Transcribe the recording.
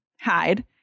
hide